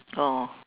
oh